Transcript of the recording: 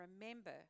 remember